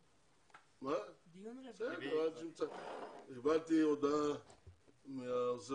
אני קיבלתי הודעה מראש